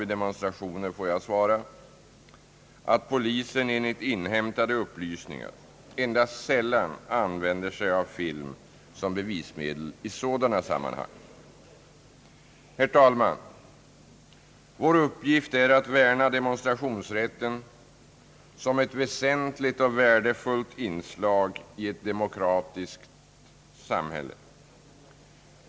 Uppgiften att svara för ordningens upprätthållande måste vila på samhället och kan inte överlämnas åt enskilda medborgare. Polisuppgifter måste skötas av personal som har utbildning för detta. Allmänheten kan på många andra sätt bidra till att hjälpa polisen och stärka förtroendet för polisen. Herr talman! Vår uppgift är att värna demonstrationsrätten som ett väsentligt och värdefullt inslag i ett demokratiskt samhälle.